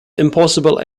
impossible